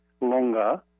longer